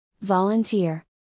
Volunteer